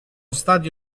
stati